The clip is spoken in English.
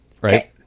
right